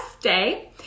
Day